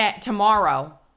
Tomorrow